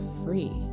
free